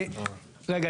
רגע,